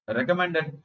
Recommended